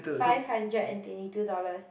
five hundred and twenty two dollars